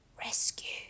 Rescue